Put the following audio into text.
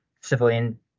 civilian